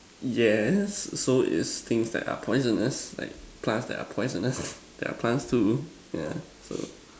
yes so is things that are poisonous like plants that are poisonous there are plants too yeah so